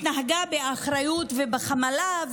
שהתנהגה באחריות ובחמלה,